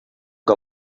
que